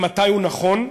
מתי הוא נכון,